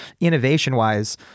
innovation-wise